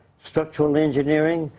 structural engineering.